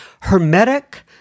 hermetic